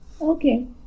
okay